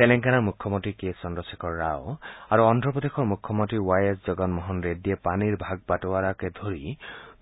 তেলেংগানাৰ মুখ্যমন্ত্ৰী কে চন্দ্ৰশেখৰ ৰাও আৰু অদ্ধ প্ৰদেশৰ মুখ্যমন্ত্ৰী ৱাই এছ জগনমোহন ৰেড্ডীয়ে পানীৰ ভাগ বাটোৱাৰাকে ধৰি